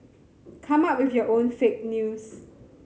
come up with your own fake news